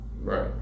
Right